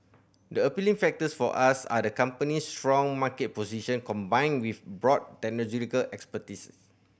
the appealing factors for us are the company's strong market position combined with broad technological expertise